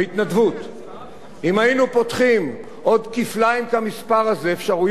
אם היינו פותחים עוד כפליים כמספר הזה אפשרויות לנוער הערבי,